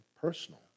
personal